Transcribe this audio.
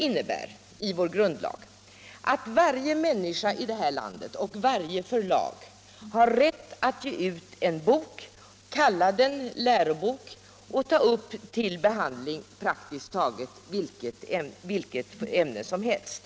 Innebörden är att varje människa i det här landet och varje förlag har rätt att ge ut en bok, kalla den lärobok och ta upp till behandling praktiskt taget vilket ämne som helst.